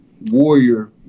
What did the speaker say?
warrior